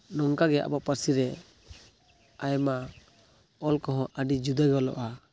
ᱱᱚᱝᱠᱟᱜᱮ ᱟᱵᱚᱣᱟᱜ ᱯᱟᱹᱨᱥᱤ ᱨᱮ ᱟᱭᱢᱟ ᱚᱞ ᱠᱚᱦᱚᱸ ᱟᱹᱰᱤ ᱡᱩᱫᱟᱹᱜᱮ ᱚᱞᱚᱜᱼᱟ